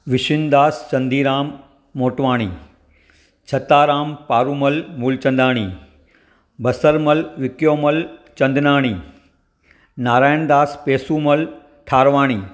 Vishindas Chandiram Motwani Chhataram Parumal Mulchandani Basarmal Vikyomal Chandnani Narayan Das Pesumal Tharwani